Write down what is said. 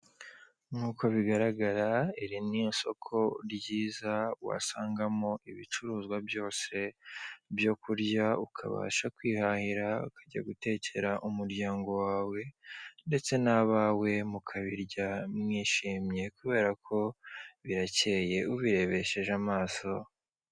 Nk'uko bigaragara iri ni isoko ryiza wasangamo ibicuruzwa byose byo kurya ukabasha kwihahira ukajya gutekera umuryango wawe, ndetse n'abawe mukabirya mwishimye kubera ko birakeye ubirebesheje amaso.